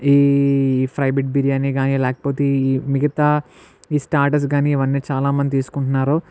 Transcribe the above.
ఈ ఫ్రై బిడ్ బిర్యానీ కానీ లేకపోతే ఈ మిగతా ఈ స్టార్టర్స్ కానీ ఇవన్ని చాలా మంది తీసుకుంటున్నారు